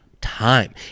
time